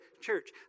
church